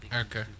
Okay